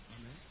Amen